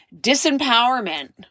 disempowerment